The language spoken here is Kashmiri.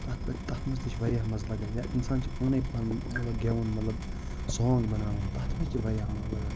تَتھ پٮ۪ٹھ تَتھ منٛز تہِ چھِ واریاہ مَزٕ لگان یا اِنسان چھِ پانٕے پَنُن مطلب گیٚوُن مطلب سانٛگ بناوان تَتھ منٛز تہِ واریاہ مَزٕ لگان